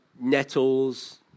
nettles